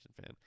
fan